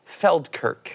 Feldkirch